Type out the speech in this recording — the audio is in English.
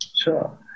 Sure